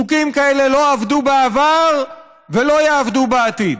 חוקים כאלה לא עבדו בעבר ולא יעבדו בעתיד.